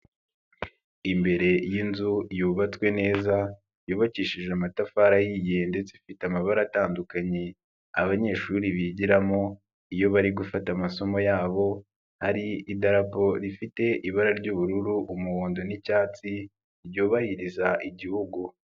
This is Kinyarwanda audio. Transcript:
Imbere y'inzu yubatswe neza yubakishije amatafari ahiye ndetse ifite amabara atandukanye abanyeshuri bigiramo iyo bari gufata amasomo yabo hari idarapo rifite ibara y'ubururu, umuhondo n'icyatsi ryubahiriza igihugu.